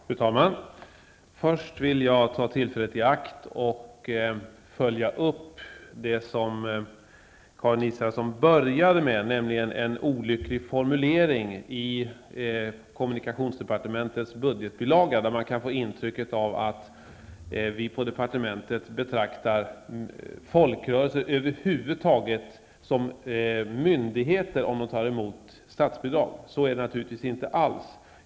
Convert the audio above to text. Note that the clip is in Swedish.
Fru talman! Först vill jag ta tillfället i akt och följa upp det som Karin Israelsson började med, nämligen en olycklig formulering i kommunikationsdepartementets budgetbilaga där man kan få intrycket att vi på departementet betraktar folkrörelser över huvud taget som myndigheter om de tar emot statsbidrag. Så är det naturligtvis inte alls.